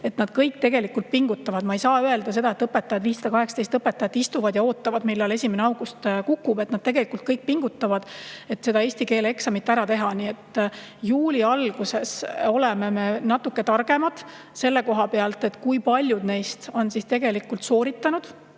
Nad kõik pingutavad. Ma ei saa öelda seda, et 518 õpetajat istuvad ja ootavad, millal 1. august kukub. Nad tegelikult kõik pingutavad, et eesti keele eksam ära teha. Nii et juuli alguses me oleme natuke targemad selle koha pealt, kui paljud neist on tegelikult sooritanud